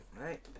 right